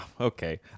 okay